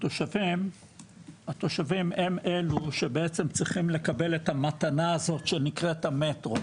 התושבים הם אלו שצריכים לקבל את המתנה הזאת שנקראת המטרו,